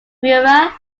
miura